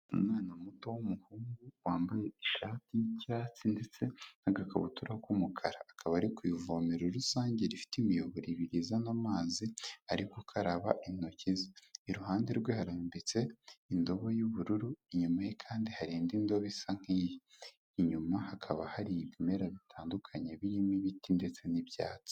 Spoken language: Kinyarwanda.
umwana muto w'umuhungu wambaye ishati y'icyatsi ndetse n'agakabutura k'umukara. Akaba ari ku ivomero rusange rifite imiyoboro ibiri izana amazi ari gukaraba intoki ze. Iruhande rwe harambitse indobo y'ubururu, inyuma ye kandi hari indi ndo bisa nk'iyi. Inyuma hakaba hari ibimera bitandukanye birimo ibiti ndetse n'ibyatsi.